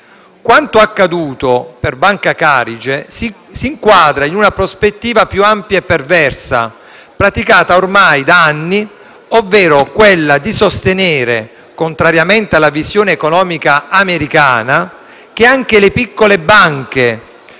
Quanto accaduto per Banca Carige si inquadra in una prospettiva più ampia e perversa, praticata ormai da anni, ovvero quella di sostenere, contrariamente alla visione economica americana, che anche le piccole banche